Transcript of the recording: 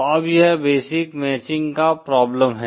तो अब यह बेसिक मैचिंग का प्रॉब्लम है